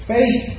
Faith